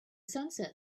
sunset